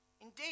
Indeed